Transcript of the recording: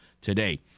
today